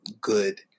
good